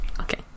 Okay